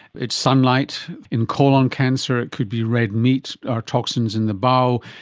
it's sunlight. in colon cancer it could be red meat or toxins in the bowel.